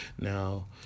now